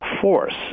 force